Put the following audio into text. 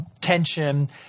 tension